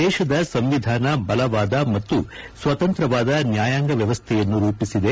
ದೇಶದ ಸಂವಿಧಾನ ಬಲವಾದ ಮತ್ತು ಸ್ವತಂತ್ರವಾದ ನ್ಯಾಯಾಂಗ ವ್ಯವಸ್ಥೆಯನ್ನು ರೂಪಿಸಿದೆ